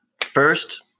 first